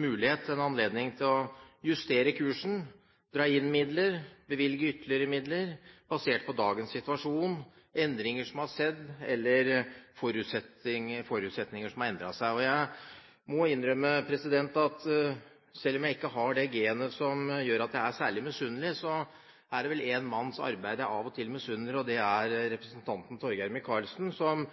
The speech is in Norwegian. mulighet, en anledning, til å justere kursen, dra inn midler eller bevilge ytterligere midler basert på dagens situasjon, endringer som har skjedd, eller forutsetninger som har endret seg. Jeg må innrømme at selv om jeg ikke har det genet som gjør at jeg er særlig misunnelig, er det én manns arbeid jeg av og til misunner, og det er representanten Torgeir